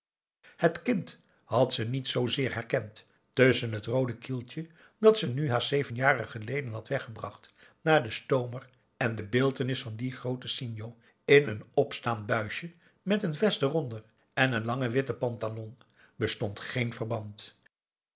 het kind had ze niet zoozeer herkend tusschen het roode kieltje dat ze nu haast zeven jaren geleden had weggebracht naar den stoomer en de beeltenis van dien grooten sinjo in een openstaand buisje met n vest eronder en n lange witte pantalon bestond geen verband